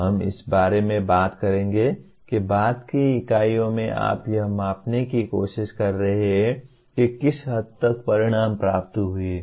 हम इस बारे में बात करेंगे कि बाद की इकाइयों में आप यह मापने की कोशिश कर रहे हैं कि किस हद तक परिणाम प्राप्त हुए हैं